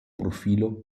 profilo